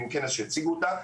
ואם כן אז שיציגו אותה,